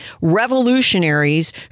revolutionaries